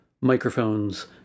microphones